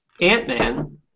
Ant-Man